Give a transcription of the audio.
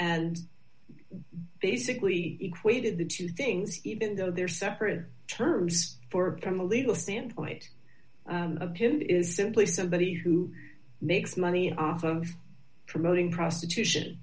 and basically equated the two things even though they're separate terms for from a legal standpoint of him it is simply somebody who makes money off of promoting prostitution